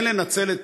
כן לנצל,